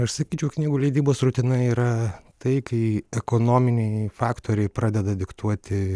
aš sakyčiau knygų leidybos rutina yra tai kai ekonominiai faktoriai pradeda diktuoti